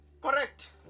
correct